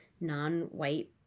non-white